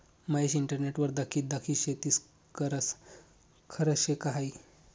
महेश इंटरनेटवर दखी दखी शेती करस? खरं शे का हायी